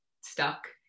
stuck